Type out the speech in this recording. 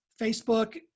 Facebook